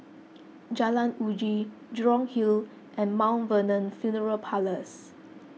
Jalan Uji Jurong Hill and Mount Vernon funeral Parlours